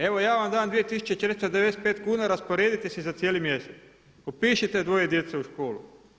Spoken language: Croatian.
Evo ja vam dam 2495 kuna rasporedite si za cijeli mjesec, upišite dvoje djece u školu.